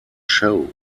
show